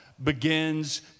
begins